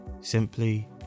simply